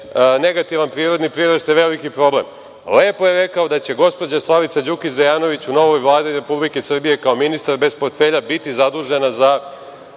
negativan prirodni priraštaj veliki problem. Lepo je rekao da će gospođa Slavica Đukić Dejanović u novoj Vladi Republike Srbije kao ministar bez portfelja, biti zadužena za